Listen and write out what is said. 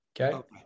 okay